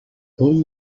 all